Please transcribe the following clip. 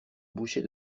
boucher